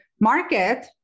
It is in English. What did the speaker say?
market